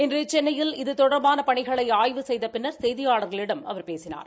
இன்று சென்னையில் இது தொடர்பான பணிகளை ஆய்வு செய்த பின்னர் செய்தியாளர்களிடம் அவர் பேசினார்